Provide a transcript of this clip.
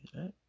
right